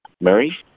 Mary